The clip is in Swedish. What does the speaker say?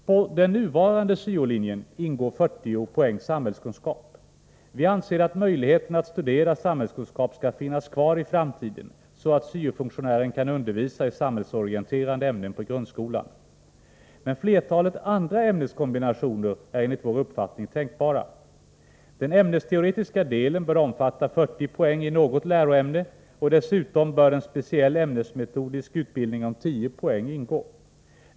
På den nuvarande syo-linjen ingår 40 poäng samhällskunskap. Vi anser att möjligheten att studera samhällskunskap skall finnas kvar i framtiden, så att syo-funktionären kan undervisa i samhällsorienterande ämnen på grundskolan. Men flera andra ämneskombinationer är enligt vår uppfattning tänkbara. Den ämnesteoretiska delen bör omfatta 40 poäng i något läroämne, och dessutom bör en speciell ämnesmetodisk utbildning om 10 poäng ingå.